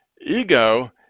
Ego